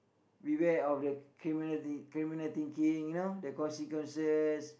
beware of the criminal think criminal thinking you know the consequences